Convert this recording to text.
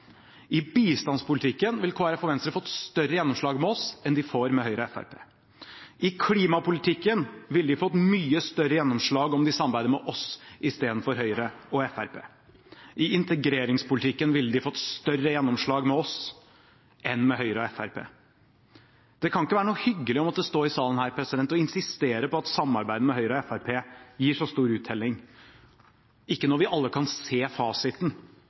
I bistandspolitikken ville Kristelig Folkeparti og Venstre fått større gjennomslag med oss enn de får med Høyre og Fremskrittspartiet. I klimapolitikken ville de fått mye større gjennomslag om de samarbeidet med oss istedenfor Høyre og Fremskrittspartiet. I integreringspolitikken ville de fått større gjennomslag med oss enn med Høyre og Fremskrittspartiet. Det kan ikke være noe hyggelig å måtte stå her i salen og insistere på at samarbeidet med Høyre og Fremskrittspartiet gir så stor uttelling – ikke når vi alle kan se fasiten.